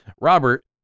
robert